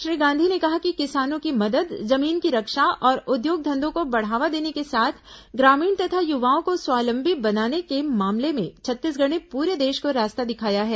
श्री गांधी ने कहा कि किसानों की मदद जमीन की रक्षा और उद्योग धन्धों को बढ़ावा देने के साथ ग्रामीण तथा युवाओं को स्वावलंबी बनाने के मामले में छत्तीसगढ़ ने पूरे देश को रास्ता दिखाया है